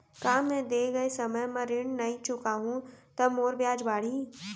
का मैं दे गए समय म ऋण नई चुकाहूँ त मोर ब्याज बाड़ही?